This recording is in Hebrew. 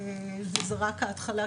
וזו רק ההתחלה,